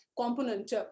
component